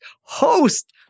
host